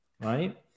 right